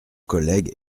collègue